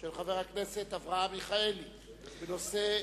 של חבר הכנסת אברהם מיכאלי, בנושא: